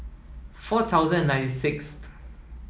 four thousand and ninety sixth